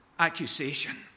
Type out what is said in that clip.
accusation